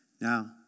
Now